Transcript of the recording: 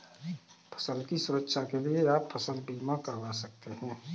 फसल की सुरक्षा के लिए आप फसल बीमा करवा सकते है